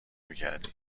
میکردی